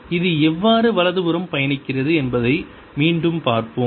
அது எவ்வாறு வலப்புறம் பயணிக்கிறது என்பதை மீண்டும் பார்ப்போம்